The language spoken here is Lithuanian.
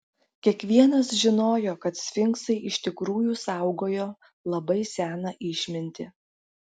kiekvienas žinojo kad sfinksai iš tikrųjų saugojo labai seną išmintį